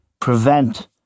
prevent